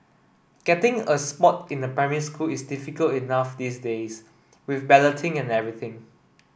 getting a spot in a primary school is difficult enough these days with balloting and everything